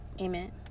Amen